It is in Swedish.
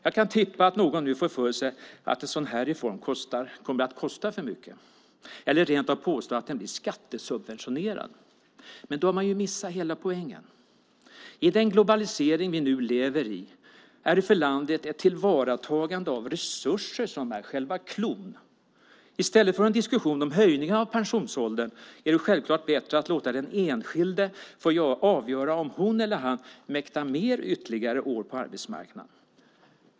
Jag kan tippa att någon nu får för sig att en sådan här reform skulle kosta för mycket eller rent av påstå att den blir skattesubventionerad. Men då har man ju missat hela poängen. I den globalisering vi nu lever i är det för landet ett tillvaratagande av resurser som är själva cloun. I stället för en diskussion om höjning av pensionsåldern är det självklart bättre att låta den enskilde få avgöra om hon eller han mäktar med ytterligare år på arbetsmarknaden.